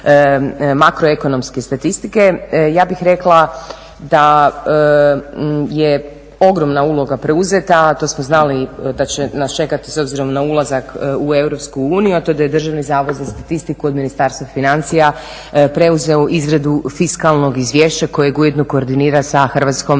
makroekonomske statistike, ja bih rekla da je ogromna uloga preuzeta, a to smo znali da će nas čekati s obzirom na ulazak u Europske uniju, a to je da je Državni zavod za statistiku od Ministarstva financija preuzeo izradu fiskalnog izvješća kojeg ujedno koordinira s HNB-om